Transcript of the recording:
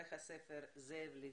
עורך הספר זאב לוין,